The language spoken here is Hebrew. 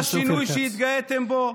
זה השינוי שהתגאיתם בו?